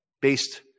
based